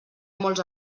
molts